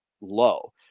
low